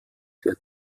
der